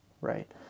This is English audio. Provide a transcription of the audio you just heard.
right